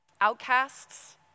Outcasts